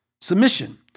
submission